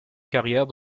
carrière